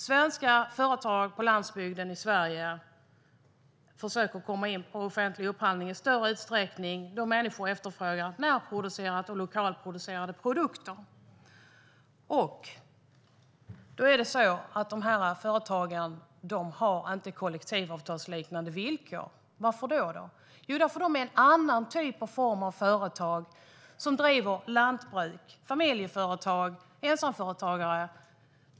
Svenska företag på landsbygden i Sverige försöker att komma in i offentlig upphandling i större utsträckning eftersom människor efterfrågar närproducerade och lokalproducerade produkter. Dessa företag har dock inte kollektivavtalsliknande villkor. Varför? Jo, för att de är en annan typ av företag. De driver lantbruk och är familjeföretag eller ensamföretagare.